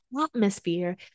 atmosphere